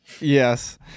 Yes